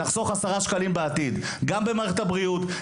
נחסוך 10 שקלים בעתיד גם במערכת הבריאות,